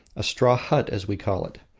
a straw hut, as we call it.